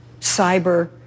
cyber